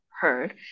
heard